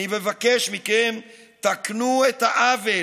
אני מבקש מכם, תקנו את העוול,